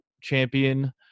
champion